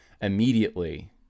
immediately